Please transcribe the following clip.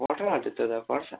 पर्छ हजुर त्यो त पर्छ